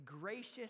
gracious